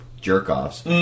jerk-offs